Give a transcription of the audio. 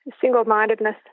Single-mindedness